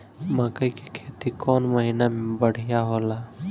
मकई के खेती कौन महीना में बढ़िया होला?